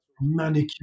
manicure